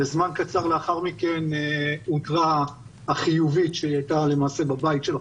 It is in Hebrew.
וזמן קצר לאחר מכן אותרה החיובית שהייתה למעשה בבית של החברה.